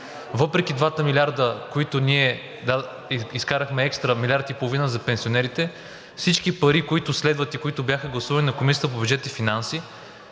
Въпреки двата милиарда, които ние изкарахме, екстра милиард и половина за пенсионерите, всички пари, които следват и които бяха гласувани на Комисията по бюджет и финанси,